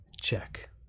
Check